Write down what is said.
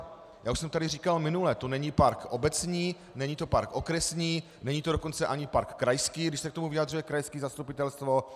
Já už jsem tady říkal minule, to není park obecný, není to park okresní, není to dokonce ani park krajský, i když se k tomu vyjadřuje krajské zastupitelstvo.